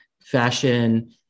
fashion